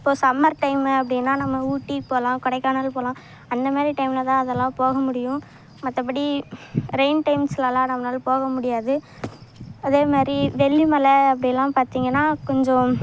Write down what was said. இப்போது summer time அப்படீன்னா நம்ம ஊட்டி போகலாம் கொடைக்கானல் போகலாம் அந்தமாரி டைமில் தான் அதெலாம் போக முடியும் மற்றபடி ரெயின் டைம்ஸ்லெல்லாம் நம்மளால் போக முடியாது அதேமாரி வெள்ளி மலை அப்படிலாம் பார்த்தீங்கனா கொஞ்சம்